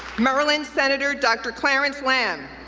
maryland senator dr. clarence lam,